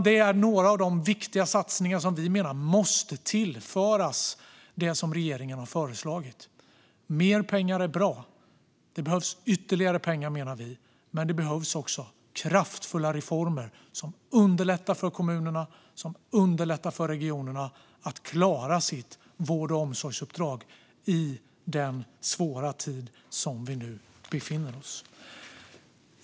Det här är några av de viktiga satsningar som vi menar måste tillföras det som regeringen har föreslagit. Mer pengar är bra, och det behövs ytterligare pengar, menar vi, men det behövs också kraftfulla reformer som underlättar för kommunerna och regionerna att klara sitt vård och omsorgsuppdrag i den svåra tid som vi nu befinner oss i.